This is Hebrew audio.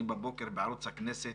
בבוקר בערוץ הכנסת